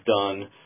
done